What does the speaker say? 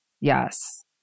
Yes